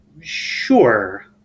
sure